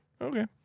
Okay